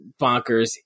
bonkers